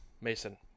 Mason